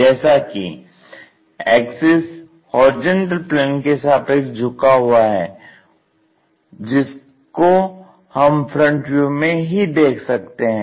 जैसा कि axis horizontal plane के सापेक्ष झुका हुआ है जिसको हम फ्रंट व्यू में ही देख सकते हैं